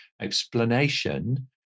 explanation